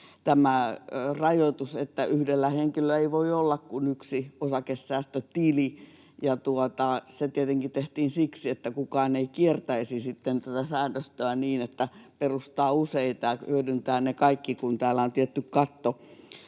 että yhdellä henkilöllä ei voi olla kuin yksi osakesäästötili. Se tietenkin tehtiin siksi, että kukaan ei kiertäisi sitten tätä säädöstöä niin, että perustaa useita, että hyödyntää ne kaikki, kun täällä on tietty katto,